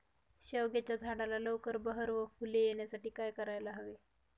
शेवग्याच्या झाडाला लवकर बहर व फूले येण्यासाठी काय करायला हवे?